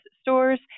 stores